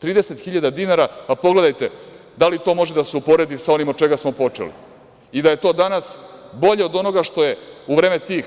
Trideset hiljada dinara, pa pogledajte da li to može da se uporedi sa onim od čega smo počeli i da je to danas bolje od onoga što je u vreme tih